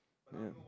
yeah